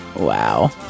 Wow